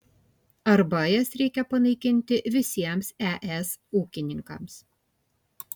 arba jas reikia panaikinti visiems es ūkininkams